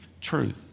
truth